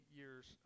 years